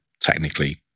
technically